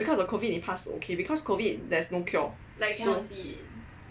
I feel like because of COVID 你怕死 is okay because COVID there is no cure